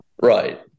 Right